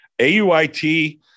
Auit